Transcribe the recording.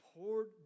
poured